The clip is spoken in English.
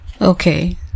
Okay